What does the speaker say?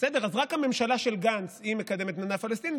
אז רק הממשלה של גנץ מקדמת מדינה פלסטינית,